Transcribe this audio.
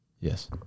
Yes